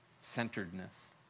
centeredness